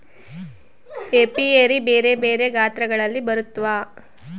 apiary ಬೆರೆ ಬೆರೆ ಗಾತ್ರಗಳಲ್ಲಿ ಬರುತ್ವ